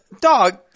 Dog